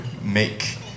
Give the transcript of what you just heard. make